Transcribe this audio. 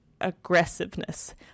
aggressiveness